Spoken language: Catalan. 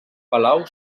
palau